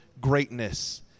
greatness